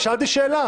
אני שאלתי שאלה.